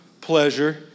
pleasure